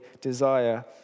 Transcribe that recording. desire